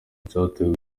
cyateguwe